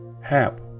hap